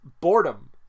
boredom